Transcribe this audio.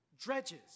dredges